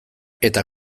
eta